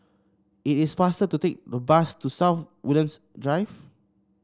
it is faster to take the bus to South Woodlands Drive